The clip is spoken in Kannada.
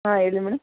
ಹಾಂ ಹೇಳಿ ಮೇಡಮ್